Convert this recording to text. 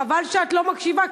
חבל שאת לא מקשיבה,